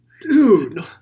Dude